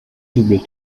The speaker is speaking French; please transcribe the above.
doubles